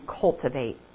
cultivate